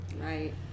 right